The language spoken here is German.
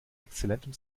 exzellentem